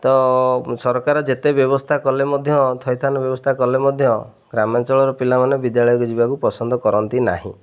ତ ସରକାର ଯେତେ ବ୍ୟବସ୍ଥା କଲେ ମଧ୍ୟ ଥଇଥାନ ବ୍ୟବସ୍ଥା କଲେ ମଧ୍ୟ ଗ୍ରାମାଞ୍ଚଳର ପିଲାମାନେ ବିଦ୍ୟାଳୟକୁ ଯିବାକୁ ପସନ୍ଦ କରନ୍ତି ନାହିଁ